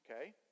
Okay